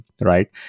right